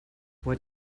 what